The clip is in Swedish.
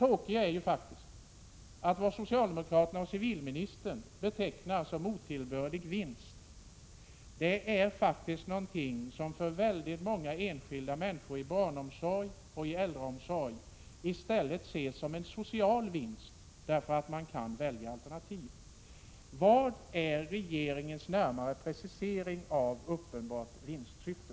Och vad socialdemokraterna och civilministern betecknar som otillbörlig vinst är faktiskt någonting som av väldigt många. enskilda människor inom barnomsorg och äldreomsorg i stället ses som en social vinst, eftersom man kan välja alternativ. Vad är regeringens närmare precisering av uppenbart vinstsyfte?